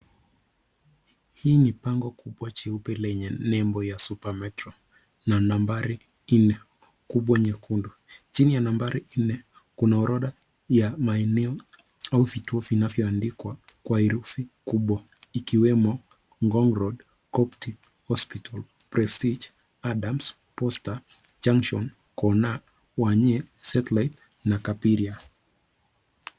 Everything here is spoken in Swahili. Hii ni bango kubwa jeupe lenye nembo ya supermetro na nambari nne kubwa nyekundu. Chini ya nambari nne kuna orodha ya maeneo au vituo vinavyoandikwa kwa herufi kubwa ikiwemo ngong road, coptic hospital, prestige, adams, posta, junction, kona , wanye, satellite na kaperial .